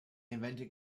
invented